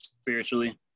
spiritually